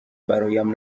برایم